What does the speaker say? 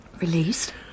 Released